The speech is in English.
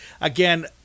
again